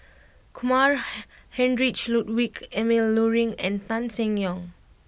Kumar Heinrich Ludwig Emil Luering and Tan Seng Yong